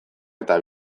eta